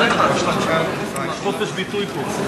אין חופש ביטוי פה.